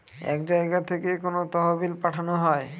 এক জায়গা থেকে কোনো তহবিল পাঠানো হয়